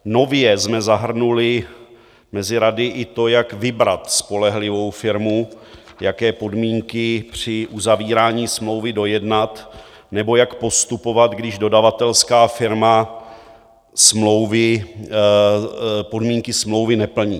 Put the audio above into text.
Nově jsme zahrnuli mezi rady i to, jak vybrat spolehlivou firmu, jaké podmínky při uzavírání smlouvy dojednat nebo jak postupovat, když dodavatelská firma podmínky smlouvy neplní.